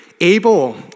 Abel